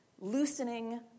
loosening